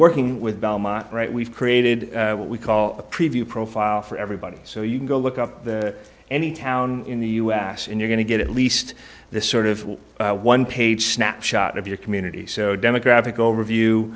working with belmont right we've created what we call a preview profile for everybody so you can go look up that any town in the u s in you're going to get at least the sort of one page snapshot of your community so demographic overview